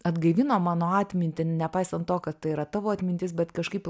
atgaivino mano atmintį nepaisant to kad tai yra tavo atmintis bet kažkaip